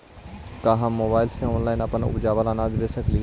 का हम मोबाईल से ऑनलाइन अपन उपजावल अनाज बेच सकली हे?